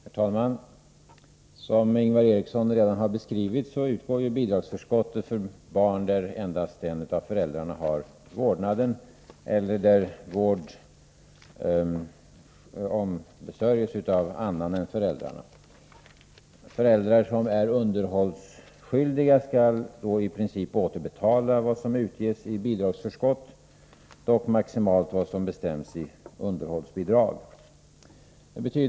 Herr talman! Som Ingvar Eriksson redan har beskrivit, utgår bidragsförskott för barn för vilka endast en av föräldrarna har vårdnaden eller då vårdnaden ombesörjs av annan än föräldrarna. Föräldrar som är underhållsskyldiga skall i princip återbetala vad som utges i bidragsförskott, dock maximalt motsvarande det underhållsbidrag som bestämts.